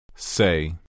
Say